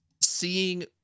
seeing